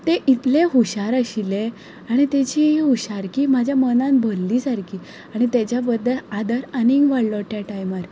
तें उतलें हुशार आशिल्लें आणी ताजी ही हुशारकी म्हज्या मनान भरली सारकी आनी ताज्या बद्दल आदर आनीक वाडलो त्या टायमार